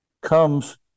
comes